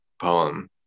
poem